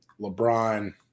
LeBron